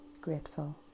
grateful